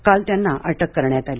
काल त्यांना अटक करण्यात आली